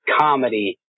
comedy